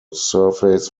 surface